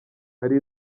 hari